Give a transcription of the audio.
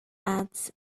ads